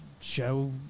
show